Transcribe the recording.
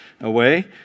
away